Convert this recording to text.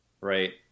Right